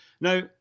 Now